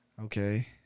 Okay